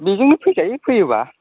बेजोंनो फैजायो फैयोबा